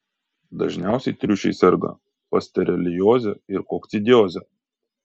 dažniausiai triušiai serga pasterelioze ir kokcidioze